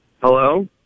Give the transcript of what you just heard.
Hello